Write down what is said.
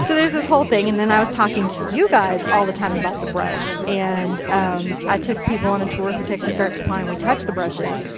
so this this whole thing and i was talking to you guys all the time about the brush. and i took people on a tour through texas art supply, and we touched the brushes.